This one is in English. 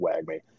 Wagme